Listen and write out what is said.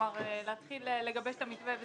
כלומר להתחיל לגבש את המתווה,